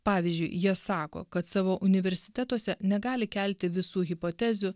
pavyzdžiui jie sako kad savo universitetuose negali kelti visų hipotezių